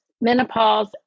menopause